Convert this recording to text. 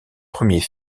premiers